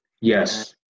yes